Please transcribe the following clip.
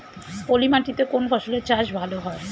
পলি মাটিতে কোন ফসলের চাষ ভালো হয়?